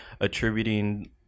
attributing